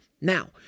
Now